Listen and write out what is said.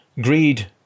greed